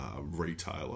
retailer